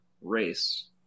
race